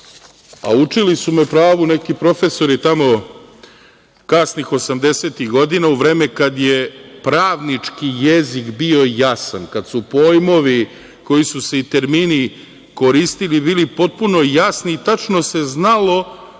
a učili su me pravu neki profesori tamo, kasnih osamdesetih godina, u vreme kad je pravnički jezik bio jasan, kad su pojmovi i termini koji su se koristili bili potpuno jasni i tačno se znalo